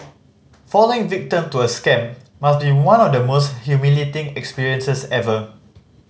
falling victim to a scam must be one of the most humiliating experiences ever